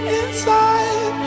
inside